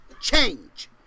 change